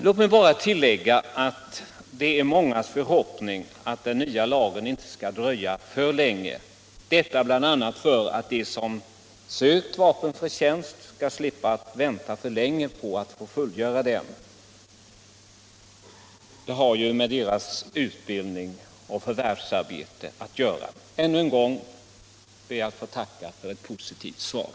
Låt mig bara tillägga att det är mångas förhoppning att den nya lagen inte skall dröja för länge, detta bl.a. för att de som sökt vapenfri tjänst skall slippa vänta länge på att fullgöra den; det har ju med deras utbildning och förvärvsarbete att göra. Ännu en gång ber jag att få tacka för ett positivt svar.